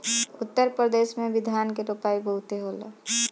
उत्तर प्रदेश में भी धान के रोपाई बहुते होला